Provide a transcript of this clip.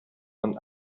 von